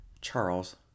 Charles